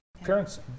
Parents